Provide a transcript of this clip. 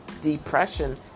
Depression